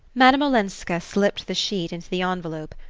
madame olenska slipped the sheet into the envelope,